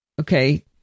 Okay